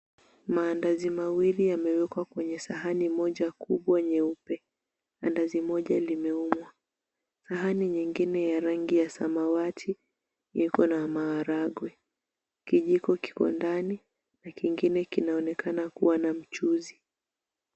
Mandazi mawili yamewekwa kwenye sahani moja kubwa nyeupe. Andazi moja limeumwa. Sahani nyingine ya rangi ya samawati iko na maharagwe. Kijiko kiko ndani na kingine kinaonekana kuwa na mchuzi.